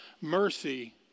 Mercy